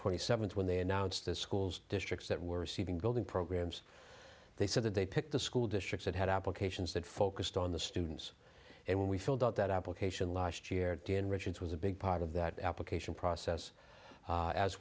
twenty seventh when they announced that schools districts that were receiving building programs they said that they picked the school district that had applications that focused on the students and when we filled out that application last year dan richards was a big part of that application process